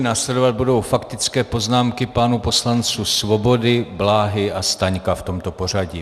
Následovat budou faktické poznámky pánů poslanců Svobody, Bláhy a Staňka, v tomto pořadí.